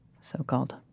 so-called